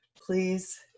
please